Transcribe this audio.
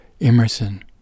Emerson